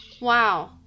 wow